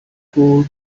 cool